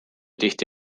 tihti